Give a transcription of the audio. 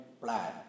Plan